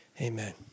amen